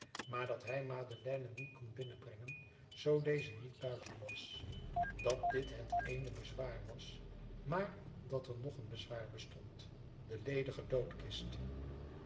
maar dat hij madeleine niet kon binnenbrengen zoo deze niet buiten was dat dit het ééne bezwaar was maar dat er nog een bezwaar bestond de ledige